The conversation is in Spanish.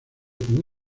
con